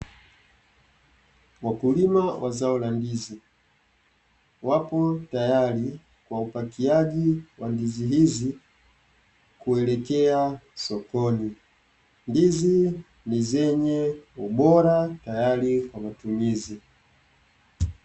Wakulima wa zao la ndizi, wapo tayari kwa upakiaji wa ndizi hizi kuelekea sokoni, ndizi ni zenye ubora tayari kwa matumizi.